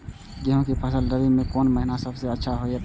गेहूँ के फसल रबि मे कोन महिना सब अच्छा होयत अछि?